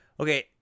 Okay